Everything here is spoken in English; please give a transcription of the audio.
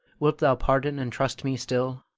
wilt thou pardon and trust me still?